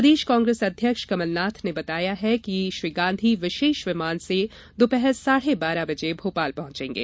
प्रदेश कांग्रेस अध्यक्ष कमलनाथ ने बताया कि श्री गांधी विशेष विमान से दोपहर साढ़े बारह बजे भोपाल पहुंचेगे